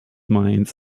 mines